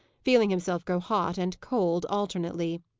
feeling himself grow hot and cold alternately.